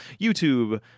YouTube